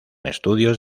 estudios